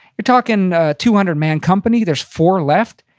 you're talking a two hundred man company, there's four left.